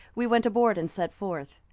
we went aboard, and set forth.